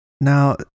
Now